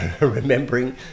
remembering